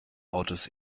autos